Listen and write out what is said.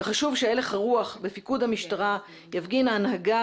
וחשוב שהלך הרוח בפיקוד המשטרה יפגין הנהגה